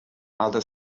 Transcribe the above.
other